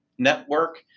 Network